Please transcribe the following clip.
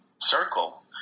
circle